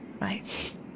Right